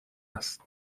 هست